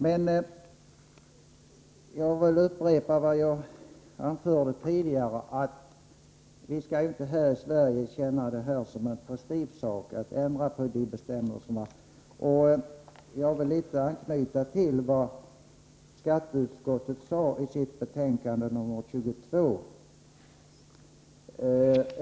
Men jag vill upprepa vad jag anförde tidigare, att vi i Sverige inte skall känna det som en prestigesak att ändra bestämmelserna. Jag vill anknyta till vad skatteutskottet sade i sitt betänkande 1983/84:22.